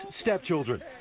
stepchildren